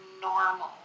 normal